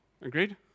Agreed